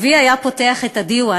אבי היה פותח את הדיוואן.